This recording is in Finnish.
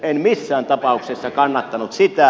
en missään tapauksessa kannattanut sitä